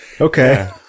Okay